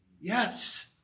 Yes